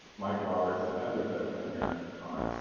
mike roberts and others at pen america at the time.